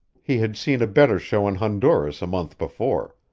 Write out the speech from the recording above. he had seen a better show in honduras a month before,